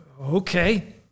Okay